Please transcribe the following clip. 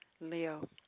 Leo